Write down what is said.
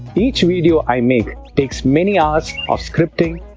each video i make takes many hours of scripting,